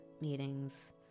meetings